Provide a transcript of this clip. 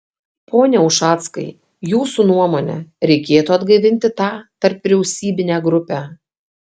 pone ušackai jūsų nuomone reikėtų atgaivinti tą tarpvyriausybinę grupę